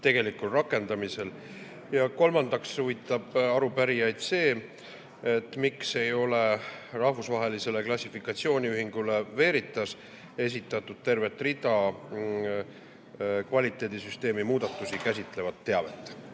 tutvustati. Kolmandaks huvitab arupärijaid see, miks ei ole rahvusvahelisele klassifikatsiooniühingule Veritas esitatud tervet rida kvaliteedisüsteemi muudatusi käsitlevat teavet.